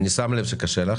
אני שם לב לקושי שלך,